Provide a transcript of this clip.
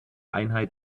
einheit